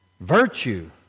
Virtue